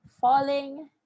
falling